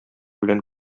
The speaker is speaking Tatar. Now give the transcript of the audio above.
белән